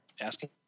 Asking